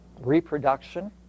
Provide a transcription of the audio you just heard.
reproduction